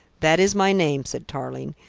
that is my name, said tarling.